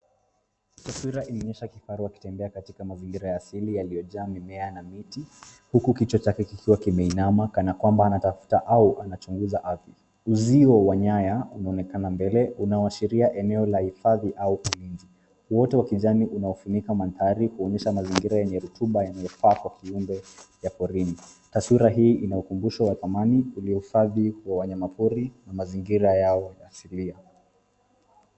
Taswira inaonyesha kifaru akitembea katika mazingira ya asili yaliyojaa mimea na miti huku kichwa chake kikiwa kimeinama kana kwamba anatafuta au anachunguza ardhi. Uzio wa nyaya unaonekana mbele unaoashiria eneo la hifadhi au ulinzi. Uoto wa kijani unaofunika mandhari huonyesha mazingira yenye rutuba yanayofaa kwa kiumbe ya porini. Taswira hii ina ukumbusho wa amani kwenye uhifadhi wa wanyamapori na mazingira yao ya asilia.